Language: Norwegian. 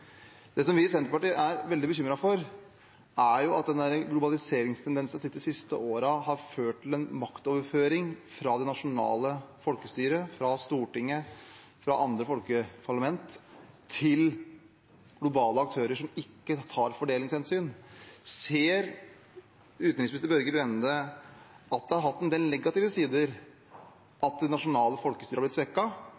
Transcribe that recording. Det som vi i Senterpartiet er veldig bekymret for, er at den globaliseringstendensen vi har sett de siste årene, har ført til en maktoverføring fra det nasjonale folkestyret, fra Stortinget og fra andre folkeparlament til globale aktører som ikke tar fordelingshensyn. Ser utenriksminister Børge Brende at det har hatt en del negative sider